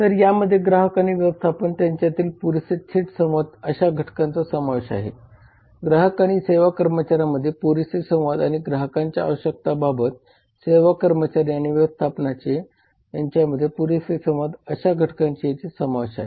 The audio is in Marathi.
तर यामध्ये ग्राहक आणि व्यवस्थापन यांच्यातील पुरेसे थेट संवाद अशा घटकांचा समावेश आहे ग्राहक आणि सेवा कर्मचाऱ्यांमध्ये पुरेसे संवाद आणि ग्राहकांच्या आवश्यकतांबाबत सेवा कर्मचारी आणि व्यवस्थापन यांच्यामध्ये पुरेसा संवाद अशा घटकांचाही येथे समावेश आहे